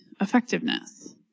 effectiveness